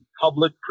public